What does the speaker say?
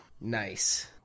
Nice